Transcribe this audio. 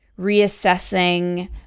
reassessing